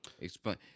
Explain